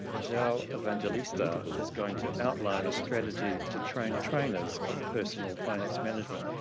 joao evangelista is going to outline a strategy to train trainers on personal finance management.